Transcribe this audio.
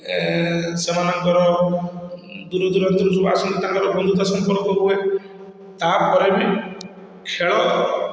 ଏ ସେମାନଙ୍କର ଦୂର ଦୂରାନ୍ତରୁ ସବୁ ଯୋଉ ଆସନ୍ତି ତାଙ୍କର ବନ୍ଧୁତା ସମ୍ପର୍କ ହୁଏ ତା'ପରେ ବି ଖେଳ